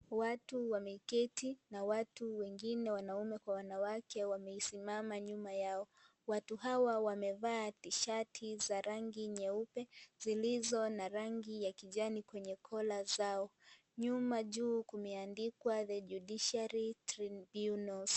Watu wameketi na watu wengine wanaume kwa wanawake wamesimama nyuma yao. Watu hawa wamevaa tishati za rangi nyeupe zilizo na rangi ya kijani kwenye kola zao. Nyuma juu kumeandikwa (cs)the judiciary tribunals(cs).